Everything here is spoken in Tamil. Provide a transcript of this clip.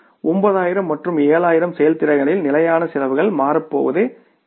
9000 மற்றும் 7000 செயல்திறன்களில் நிலையான செலவுகள் மாறப்போவதில்லை